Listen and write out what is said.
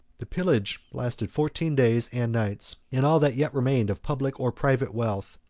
the pillage lasted fourteen days and nights and all that yet remained of public or private wealth,